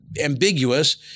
ambiguous